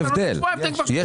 אתה נותן שבועיים תן כבר 30 יום.